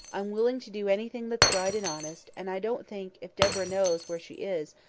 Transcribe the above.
i'm willing to do anything that's right and honest and i don't think, if deborah knows where she is,